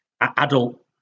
adult